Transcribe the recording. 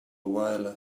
while